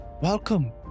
Welcome